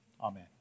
Amen